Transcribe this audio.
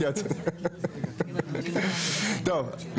טוב.